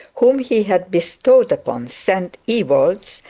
whom he had bestowed upon st ewold's,